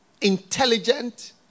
intelligent